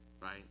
right